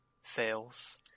sales